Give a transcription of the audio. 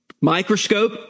microscope